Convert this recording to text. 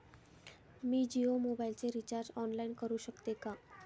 मी जियो मोबाइलचे recharge online करू शकते का?